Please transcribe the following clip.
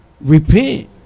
repent